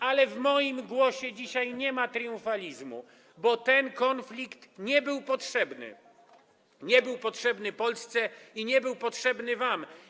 Ale w moim głosie dzisiaj nie ma tryumfalizmu, bo ten konflikt nie był potrzebny, nie był potrzebny Polsce i nie był potrzebny wam.